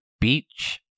beach